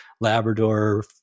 Labrador